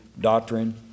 doctrine